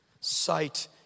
Sight